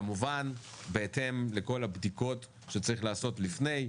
כמובן בהתאם לכל הבדיקות שצריך לעשות לפני,